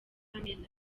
pamela